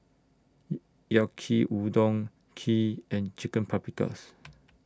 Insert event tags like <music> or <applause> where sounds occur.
<noise> Yaki Udon Kheer and Chicken Paprikas